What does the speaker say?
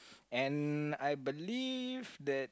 and I believe that